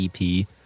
EP